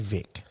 Vic